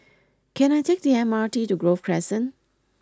can I take the M R T to Grove Crescent